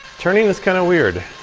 turning is kind of weird.